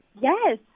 Yes